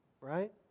right